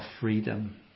freedom